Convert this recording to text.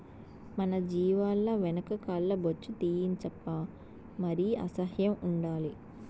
మన జీవాల వెనక కాల్ల బొచ్చు తీయించప్పా మరి అసహ్యం ఉండాలి